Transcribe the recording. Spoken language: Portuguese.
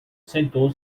sentou